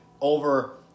over